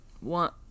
one